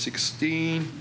sixteen